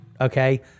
Okay